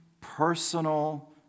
personal